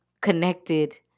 connected